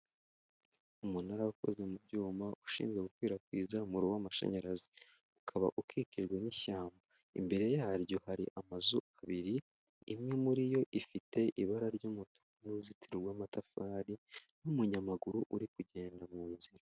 Umunara ukoze mu byuma ushinzwe gukwirakwiza umuriro w'amashanyarazi. Ukaba ukikijwe n'ishyamba. Imbere yaryo hari amazu abiri, imwe muri yo ifite ibara ry'umutuku n'uruzitiro rw'amatafari n'umunyamaguru uri kugenda mu nzira.